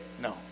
No